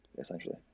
Essentially